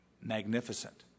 Magnificent